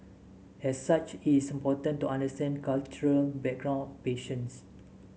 as such is important to understand cultural background of patients